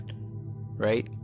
Right